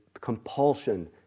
compulsion